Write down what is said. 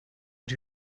but